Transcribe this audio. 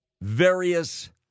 various